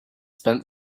spent